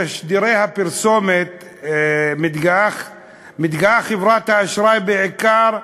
בתשדירי הפרסומת מתגאה חברת האשראי בעיקר,